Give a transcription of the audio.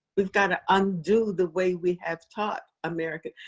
we've got to undo the way we have taught america.